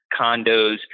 condos